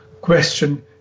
question